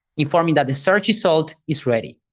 informing that the search result is ready.